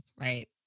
Right